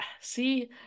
see